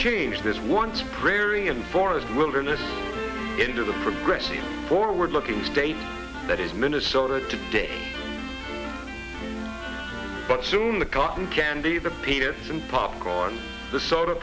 changed this once prairie and forest wilderness into the progressive forward looking state that is minnesota today but soon the cotton candy the peanuts and popcorn the soda